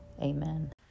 Amen